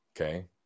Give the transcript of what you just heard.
Okay